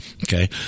Okay